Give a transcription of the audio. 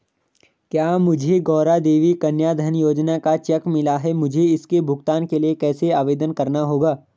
मुझे गौरा देवी कन्या धन योजना का चेक मिला है मुझे इसके भुगतान के लिए कैसे आवेदन करना होगा?